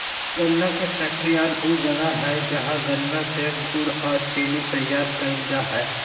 गन्ना फैक्ट्रियान ऊ जगह हइ जहां गन्ना से गुड़ अ चीनी तैयार कईल जा हइ